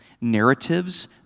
narratives